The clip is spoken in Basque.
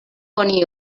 honi